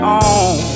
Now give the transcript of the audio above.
on